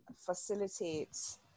facilitates